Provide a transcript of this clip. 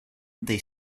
they